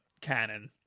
canon